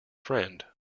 friend